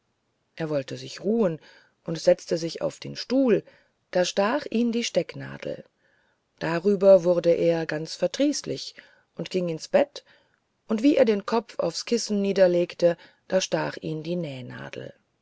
er wollte sich ruhen und setzte sich auf den stuhl da stach ihn die stecknadel darüber wurde er ganz verdrießlich und ging ins bett und wie er den kopf aufs kissen niederlegte da stach ihn die nähnadel